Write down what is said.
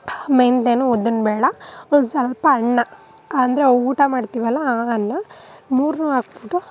ಮೆಂತ್ಯನೂ ಉದ್ದಿನ ಬೇಳೆ ಒಂದು ಸ್ವಲ್ಪ ಅಣ್ಣ ಅಂದರೆ ಊಟ ಮಾಡ್ತೀವಲ್ಲ ಆ ಅನ್ನ ಮೂರನ್ನೂ ಹಾಕ್ಬಿಟ್ಟು